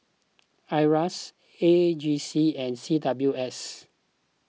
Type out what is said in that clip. Iras A G C and C W S